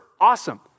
awesome